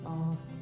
off